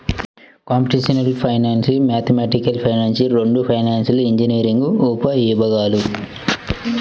computational finance, mathematical finance రెండూ financial engineering ఉపవిభాగాలు